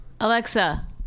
Alexa